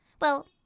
Well